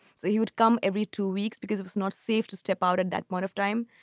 so he would come every two weeks because it was not safe to step out at that point of time.